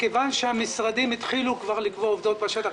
כיוון שהמשרדים התחילו כבר לקבוע עובדות בשטח,